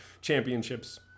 championships